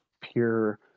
pure